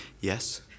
Yes